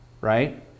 right